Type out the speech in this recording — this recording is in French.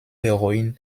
héroïne